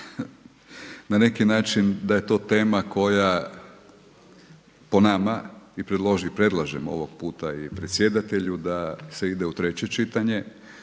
na neki način da je to tema koja po nama, predlažem ovog puta i predsjedatelju da se ide u treće čitanje